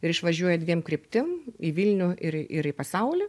ir išvažiuoja dviem kryptim į vilnių ir ir į pasaulį